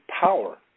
power